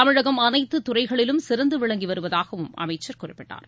தமிழகம் அனைத்து துறைகளிலும் சிறந்து விளங்கி வருவதாகவும் அமைச்சர் குறிப்பிட்டார்